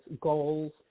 goals